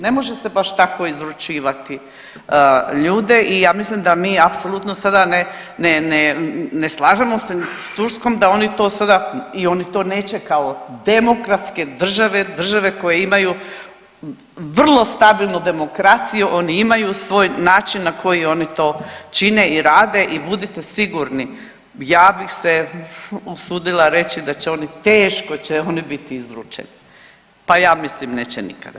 Ne može se baš tako izručivati ljude i ja mislim da mi apsolutno sada ne slažemo s Turskom da oni to sada i oni to neće kao demokratske države, države koje imaju vrlo stabilnu demokraciju, oni imaju svoj način na koji oni to čine i rade i budite sigurni, ja bih se usudila reći da će oni, teško će oni biti izručeni, pa ja mislim neće nikada.